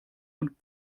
und